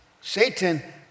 Satan